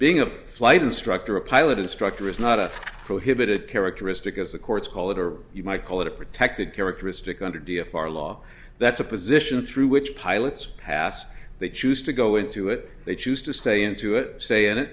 being a flight instructor a pilot instructor is not a prohibited characteristic as the courts call it or you might call it a protected characteristic under d a far law that's a position through which pilots pass they choose to go into it they choose to stay into it stay in it